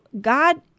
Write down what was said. god